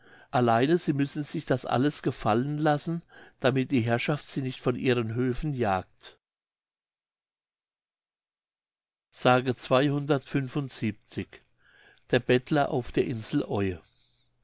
allein sie müssen sich das alles gefallen lassen damit die herrschaft sie nicht von ihren höfen jagt der bettler auf der insel